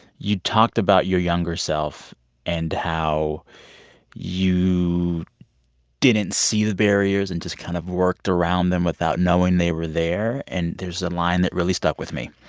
you talked about your younger self and how you didn't see the barriers and just kind of worked around them without knowing they were there. and there's a line that really stuck with me.